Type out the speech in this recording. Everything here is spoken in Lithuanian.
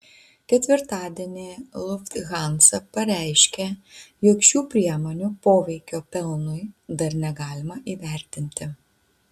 ketvirtadienį lufthansa pareiškė jog šių priemonių poveikio pelnui dar negalima įvertinti